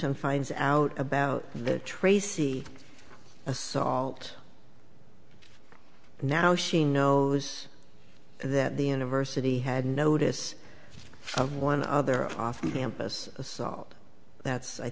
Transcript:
and finds out about the tracy assault now she knows that the university had notice of one other off campus assault that's i